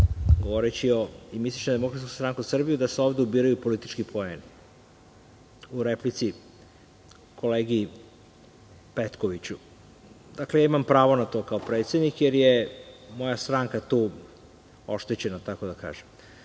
govoreći i misleći na DSS da se ovde ubiraju politički poeni u replici kolegi Petkoviću. Dakle, ja imam pravo na to kao predsednik jer je moja stranka tu oštećena, tako da kažem.